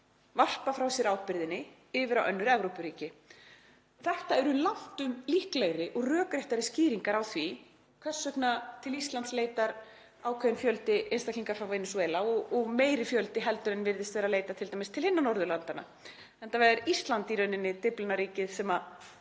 varpað ábyrgðinni yfir á önnur Evrópuríki. Þetta eru langtum líklegri og rökréttari skýringar á því hvers vegna til Íslands leitar ákveðinn fjöldi einstaklinga frá Venesúela og meiri fjöldi en virðist vera að leita t.d. til annarra Norðurlanda, enda er Ísland í rauninni Dyflinnarríkið sem er